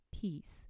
Peace